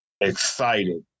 excited